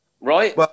right